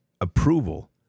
approval